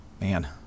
Man